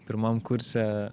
pirmam kurse